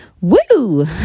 Woo